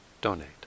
donate